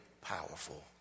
powerful